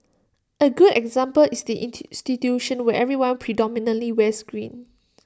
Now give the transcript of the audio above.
A good example is the institution where everyone predominantly wears green